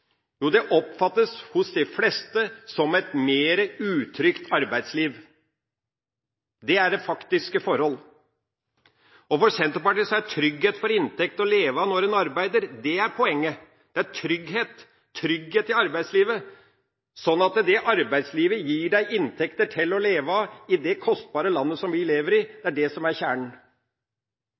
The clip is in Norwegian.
Jo, det oppfattes av de fleste som et mer utrygt arbeidsliv. Det er det faktiske forhold. For Senterpartiet er trygghet for en inntekt å leve av når en arbeider, poenget – trygghet i arbeidslivet, slik at det arbeidslivet gir en inntekter til å leve av i det høykostlandet vi lever i. Det er det som er kjernen.